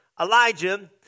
Elijah